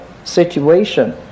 situation